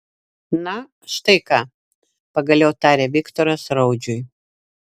na štai ką pagaliau tarė viktoras raudžiui